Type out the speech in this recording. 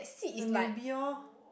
the newbie orh